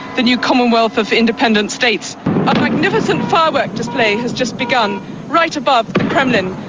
the new commonwealth of independent states. a magnificent firework display has just begun right above the kremlin.